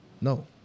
No